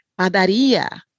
padaria